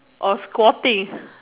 or squatting